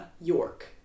York